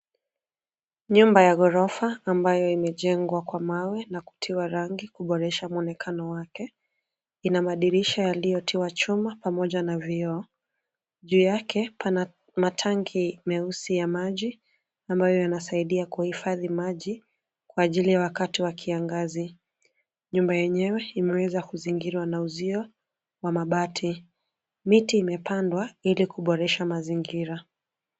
Nyumba ya ghorofa ambayo imejengwa kwa mawe na kutiwa rangi kuboresha mwonekano wake. Ina madirisha yaliyotiwa chuma pamoja na vioo. Juu yake pana matangi meusi ya maji ambayo yanasaidia kuhifadhi maji, kwa ajili ya wakati wa kiangazi. Nyumba yenyewe imeweza kuzingirwa na uzio wa mabati. Miti imepandwa ili kuboresha mazingira.